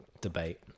debate